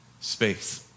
space